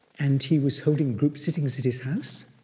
and he was holding group sittings at his house.